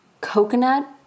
coconut